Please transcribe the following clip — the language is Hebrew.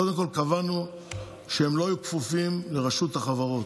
קודם כול, קבענו שהם לא יהיו כפופים לרשות החברות.